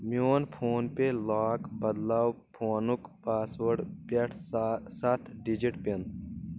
میون فون پے لاک بدلاو فونُک پاس وٲڈ پٮ۪ٹھٕ سَتھ ڈجٹ پِن